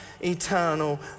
eternal